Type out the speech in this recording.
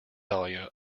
dahlia